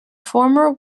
former